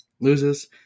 loses